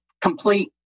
complete